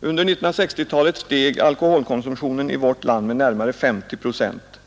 Under 1960-talet steg alkoholkonsumtionen i vårt land med närmare 50 procent.